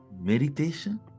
meditation